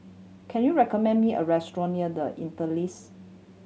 can you recommend me a restaurant near The Interlace